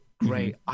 great